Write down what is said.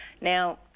Now